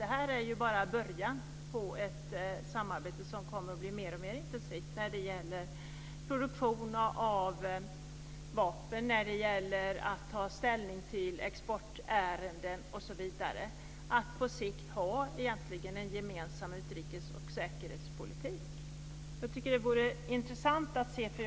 Detta är ju bara början på ett samarbete som kommer att bli alltmer intensivt när det gäller produktion av vapen, att ta ställning till exportärenden osv. Det handlar om att på sikt ha en gemensam utrikes och säkerhetspolitik. Det vore intressant att få höra något om det.